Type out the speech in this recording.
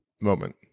moment